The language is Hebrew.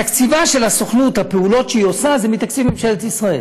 תקציבה של הסוכנות לפעולות שהיא עושה זה מתקציב ממשלת ישראל.